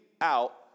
out